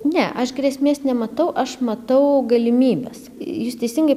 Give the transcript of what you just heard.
ne aš grėsmės nematau aš matau galimybes jūs teisingai